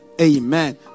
Amen